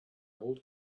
old